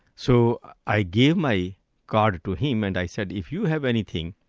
so i gave my card to him and i said, if you have anything,